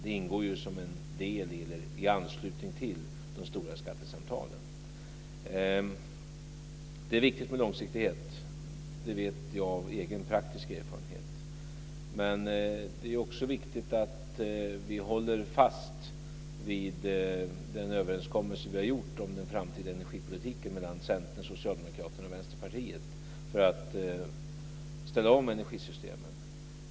Det görs i anslutning till de stora skattesamtalen. Det är viktigt med långsiktighet, det vet jag ev egen praktisk erfarenhet. Men det är också viktigt att vi håller fast vi den överenskommelse som vi träffat om den framtida energipolitiken mellan Centern, Socialdemokraterna och Vänsterpartiet för att ställa om energisystemen.